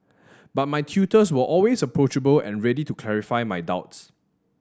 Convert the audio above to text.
but my tutors were always approachable and ready to clarify my doubts